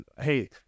Hey